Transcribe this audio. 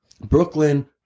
Brooklyn